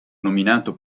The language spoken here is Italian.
nominato